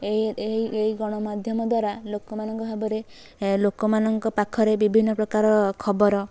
ଏହି ଗଣମାଧ୍ୟମ ଦ୍ୱାରା ଲୋକମାନଙ୍କ ଭାବରେ ଲୋକମାନଙ୍କ ପାଖରେ ବିଭିନ୍ନ ପ୍ରକାର ଖବର